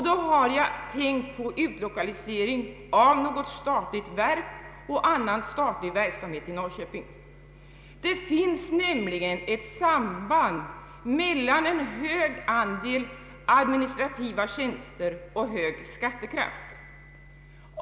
Då har jag tänkt på utlokalisering av något statligt verk och annan statlig verksamhet till Norrköping. Det finns nämligen ett samband mellan en hög andel administrativa tjänster och hög skattekraft.